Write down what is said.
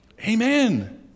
Amen